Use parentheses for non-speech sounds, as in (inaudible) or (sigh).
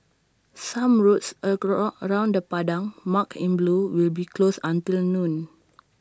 some roads (unintelligible) around the Padang marked in blue will be closed until noon